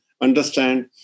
understand